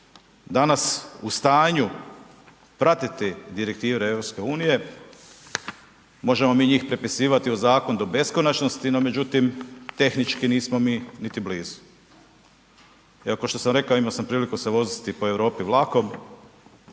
danas u stanju pratiti direktive EU, možemo mi njih prepisivati u zakon do beskonačnosti no međutim tehnički nismo mi niti blizu. Iako, kao što sam rekao imao sam priliku se voziti po Europi vlakom.